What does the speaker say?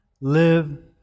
live